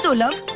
so luv